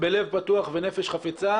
לבוא לקראת העסקים בלב פתוח ונפש חפצה.